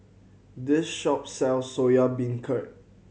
this shop sells Soya Beancurd